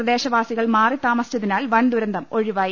പ്രദേശവാസികൾ മാറി താമസിച്ചതിനാൽ വൻ ദുരന്തം ഒഴിവായി